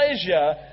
pleasure